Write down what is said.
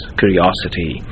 curiosity